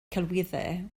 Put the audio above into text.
celwyddau